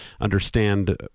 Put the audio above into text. understand